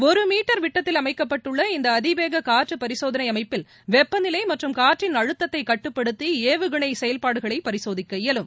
ஒரு மீட்டர் விட்டத்தில் அமைக்கப்பட்டுள்ள இந்த அதிவேக காற்று பரிசோதனை அமைப்பில் வெட்பநிலை மற்றும் காற்றின் அழுத்தத்தை கட்டுப்படுத்தி ஏவுகணைகளை செயல்பாடுகளை பரிசோதிக்க இயலும்